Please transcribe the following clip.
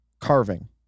carving